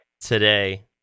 today